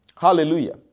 Hallelujah